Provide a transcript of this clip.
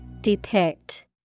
depict